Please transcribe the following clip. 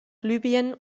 libyen